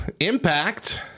Impact